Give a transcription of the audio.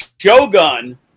Shogun